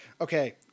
Okay